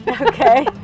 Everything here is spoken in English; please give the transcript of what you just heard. Okay